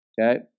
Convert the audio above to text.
Okay